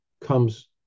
comes